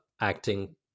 acting